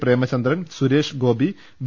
Premachandran Suresh Gopi V